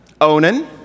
Onan